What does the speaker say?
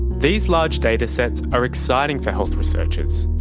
these large datasets are exciting for health researchers.